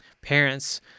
Parents